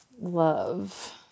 love